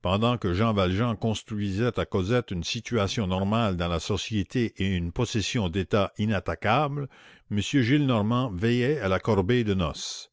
pendant que jean valjean construisait à cosette une situation normale dans la société et une possession d'état inattaquable m gillenormand veillait à la corbeille de noces